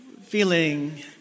feeling